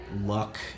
luck